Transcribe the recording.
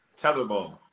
Tetherball